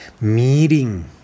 meeting